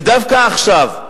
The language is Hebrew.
ודווקא עכשיו,